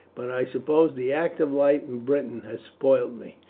but i suppose the active life in britain has spoilt me.